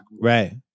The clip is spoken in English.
Right